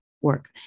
work